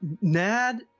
nad